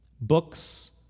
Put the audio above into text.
books